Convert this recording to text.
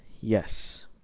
Yes